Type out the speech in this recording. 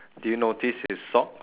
do you notice his sock